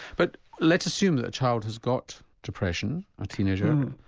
but let's assume that a child has got depression, a teenager,